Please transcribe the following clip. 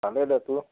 ভালেই দে তোৰ